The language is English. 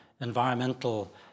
environmental